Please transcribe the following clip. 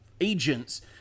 agents